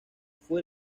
fue